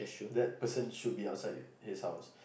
that person should be outside his house